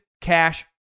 cash